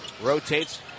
rotates